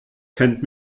kennt